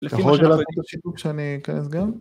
לפי מה שלומדת שיתוף כשאני אכנס גם